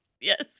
Yes